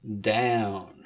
down